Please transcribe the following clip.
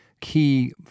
key